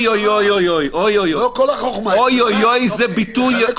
אוי זה בסדר.